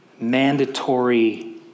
mandatory